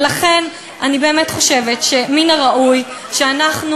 לכן אני באמת חושבת שמן הראוי שאנחנו